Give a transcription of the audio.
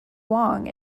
wong